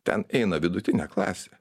ten eina vidutinė klasė